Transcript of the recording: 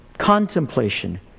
contemplation